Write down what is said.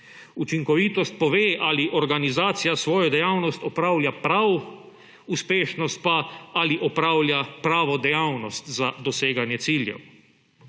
Učinkovitost pove, ali organizacija svojo dejavnost opravlja prav, uspešnost pa, ali opravlja pravo dejavnost za doseganje ciljev.